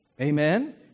Amen